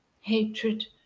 hatred